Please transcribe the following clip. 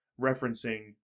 referencing